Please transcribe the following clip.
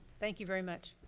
thank you very much.